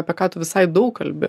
apie ką tu visai daug kalbi